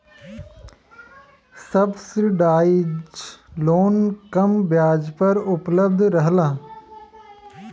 subsidise loan कम ब्याज पर उपलब्ध रहला